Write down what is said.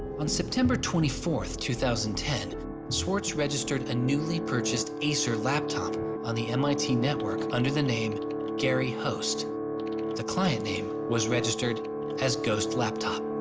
on september twenty fourth two thousand and ten swartz registered a newly purchased acer laptop on the mit network, under the name gary host the client name was registered as ghost laptop